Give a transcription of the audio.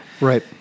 Right